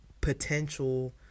potential